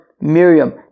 Miriam